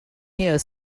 here